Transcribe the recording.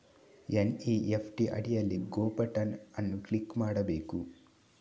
NEFT ಅಡಿಯಲ್ಲಿ go button ಅನ್ನು click ಮಾಡಬೇಕು